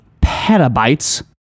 petabytes